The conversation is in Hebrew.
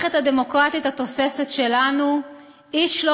ובמערכת הדמוקרטית התוססת שלנו איש לא